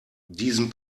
diesen